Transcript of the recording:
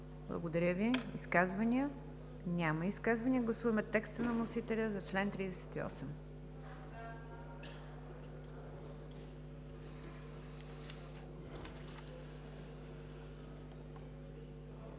НИГЯР ДЖАФЕР: Изказвания? Няма изказвания. Гласуваме текста на вносителя за чл. 38.